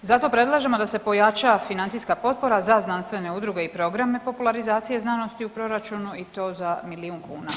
Zato predlažemo da se pojača znanstvena potpora za znanstvene udruge i programe popularizacije znanosti u proračunu i to za milijun kuna.